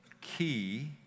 key